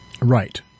Right